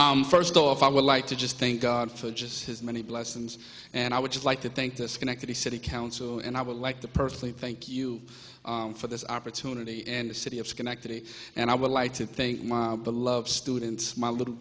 thanks first off i would like to just think god for just his many blessings and i would just like to thank the schenectady city council and i would like to personally thank you for this opportunity and the city of schenectady and i would like to thank my beloved students my little